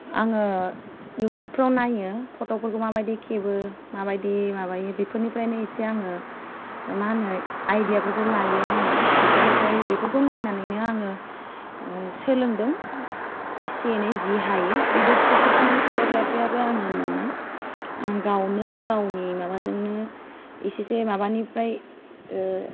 आङो युटुबफोराव नायो फट'फोरखौ माबायदि खेबो माबायदि माबायो बेफोरनिफ्रायनो इसे आङो मा होनो आइडियाफोरखौ लायो आङो बेफोरनिफ्राय बेफोरखौ नायनानैनो आङो सोलोंदों एसे एनै जि हायो बिदि प्रफेसनेल फट'ग्राफारबो आङो नङा आं गावनो गावनि माबाजोंनो एसेसो माबानिफ्राय